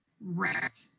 right